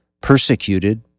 Persecuted